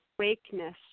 awakeness